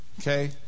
Okay